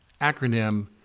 acronym